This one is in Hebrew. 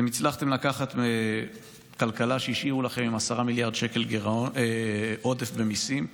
אתם הצלחתם לקחת מכלכלה שהשאירו לכם עם 10 מיליארד שקל עודף במיסים,